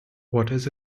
was